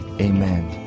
amen